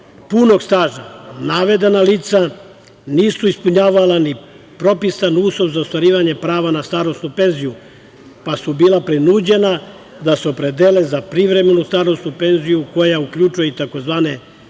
punog staža, navedena lica nisu ispunjavala ni propisan uslov za ostvarivanje prava na starosnu penziju, pa su bila prinuđena da se opredele za privremenu starosnu penziju koja uključuje i tzv.